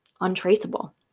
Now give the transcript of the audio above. untraceable